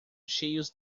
cheios